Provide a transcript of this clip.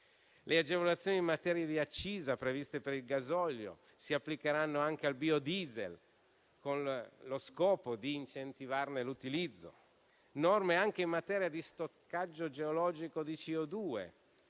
Le agevolazioni in materia di accisa, previste per il gasolio, si applicheranno anche al biodiesel, con lo scopo di incentivarne l'utilizzo. Vi sono norme anche in materia di stoccaggio geologico di CO2,